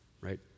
right